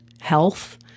health